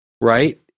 Right